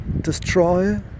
destroy